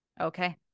Okay